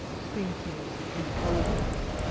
thinking, intelligence,